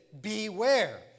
beware